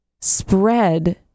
spread